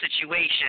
situation